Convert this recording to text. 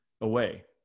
away